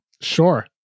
Sure